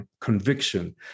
conviction